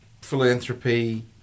philanthropy